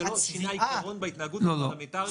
זה לא שינה עיקרון בהתנהגות הפרלמנטרית.